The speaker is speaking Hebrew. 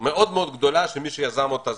מאוד גדולה, שיזם אותה